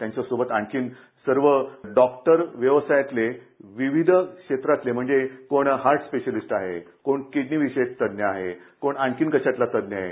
त्यांच्यासोबत आणखीन सर्व डॉक्टर व्यवसायातले विविध क्षेत्रातले म्हणजे कोण हार्टस्पेशालिस्ट आहेत कोण किडणी विशेष तज्ञ आहे कोण आणखीन कशातला तज्ञ आहे